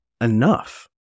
enough